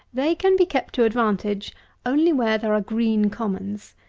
they can be kept to advantage only where there are green commons,